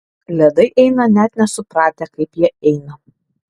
ledai eina net nesupratę kaip jie eina